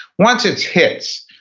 once it hits,